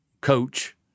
Coach